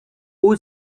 who